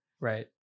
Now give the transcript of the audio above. Right